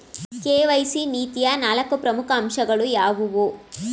KYC ನೀತಿಯ ನಾಲ್ಕು ಪ್ರಮುಖ ಅಂಶಗಳು ಯಾವುವು?